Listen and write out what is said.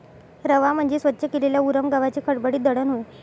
रवा म्हणजे स्वच्छ केलेल्या उरम गव्हाचे खडबडीत दळण होय